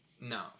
No